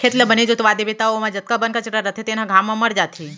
खेत ल बने जोतवा देबे त ओमा जतका बन कचरा रथे तेन ह घाम म मर जाथे